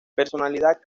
personalidad